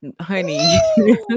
honey